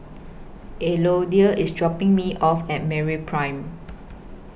Elodie IS dropping Me off At Merry Prime